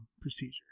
procedure